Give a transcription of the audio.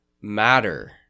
matter